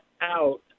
out